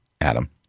Adam